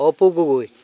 Apu Gogoi